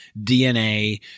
DNA